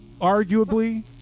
arguably